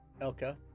Elka